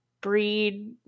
breed